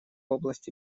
области